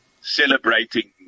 celebrating